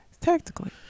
Tactically